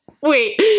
Wait